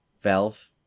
Valve